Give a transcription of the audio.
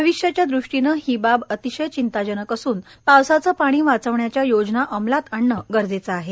भविष्याच्या दृष्टीने ही बाब अतीशय चिंताजनक असून पावसाचे पाणी वाचविण्याच्या योजना अमलात आणणे गरेजेचे आहे